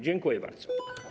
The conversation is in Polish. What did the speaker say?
Dziękuję bardzo.